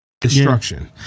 Destruction